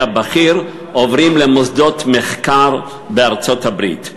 הבכיר עוברים למוסדות מחקר בארצות-הברית.